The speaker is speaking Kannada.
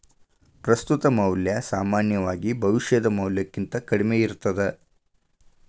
ಪ್ರಸ್ತುತ ಮೌಲ್ಯ ಸಾಮಾನ್ಯವಾಗಿ ಭವಿಷ್ಯದ ಮೌಲ್ಯಕ್ಕಿಂತ ಕಡ್ಮಿ ಇರ್ತದ